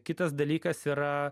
kitas dalykas yra